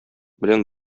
белән